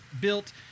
built